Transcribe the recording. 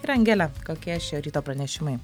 ir angele kokie šio ryto pranešimai